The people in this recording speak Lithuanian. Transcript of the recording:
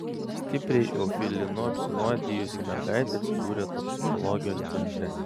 stipriai eufilinu apsinuodijusi mergaitė atsidūrė toksikologijos centre